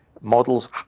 models